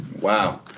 Wow